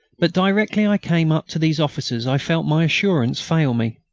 but directly i came up to these officers i felt my assurance fail me.